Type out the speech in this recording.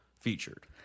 featured